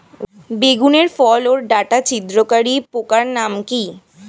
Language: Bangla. বেগুনের ফল ওর ডাটা ছিদ্রকারী পোকার নাম কি?